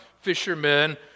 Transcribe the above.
fishermen